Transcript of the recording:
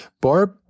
Barb